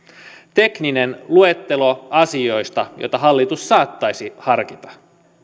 tekninen luettelo asioista joita hallitus saattaisi harkita